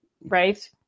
right